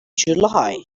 july